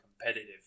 competitive